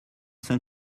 saint